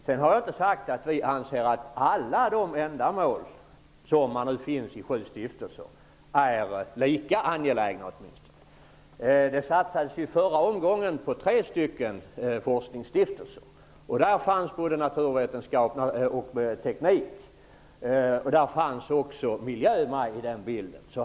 Men jag har inte sagt att alla de ändamål som man återfinner i de sju stiftelserna är lika angelägna. Det satsades i förra omgången på tre stycken forskningsstiftelser. Där fanns naturvetenskaperna, teknik och miljö med i bilden.